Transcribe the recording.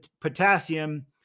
potassium